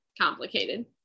complicated